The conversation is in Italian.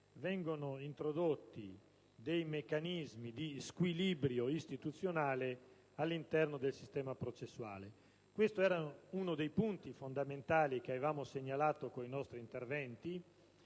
vengono introdotti dei meccanismi di squilibrio istituzionale all'interno del sistema processuale. Questo era uno dei punti fondamentali che avevamo segnalato con i nostri interventi,